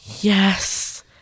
Yes